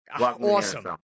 Awesome